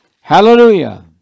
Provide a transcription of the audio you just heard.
Hallelujah